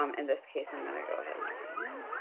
um in this case i'm gonna go ahead and sign in.